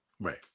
Right